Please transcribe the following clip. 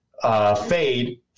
Fade